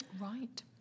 Right